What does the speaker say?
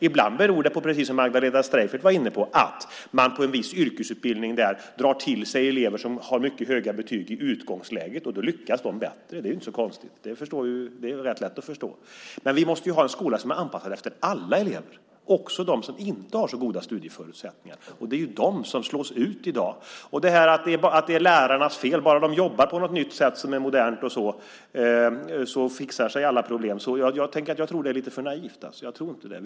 Ibland beror det på, precis som Magdalena Streijffert var inne på, att man på en viss yrkesutbildning drar till sig elever som har mycket höga betyg i utgångsläget. Då lyckas de bättre. Det är inte så konstigt. Det är rätt lätt att förstå. Men vi måste ju ha en skola som är anpassad efter alla elever, också de som inte har så goda studieförutsättningar. Det är ju de som slås ut i dag. Att det är lärarnas fel - bara de jobbar på något nytt sätt som är modernt så fixar sig alla problem - tror jag är lite för naivt. Jag tror inte det.